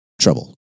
trouble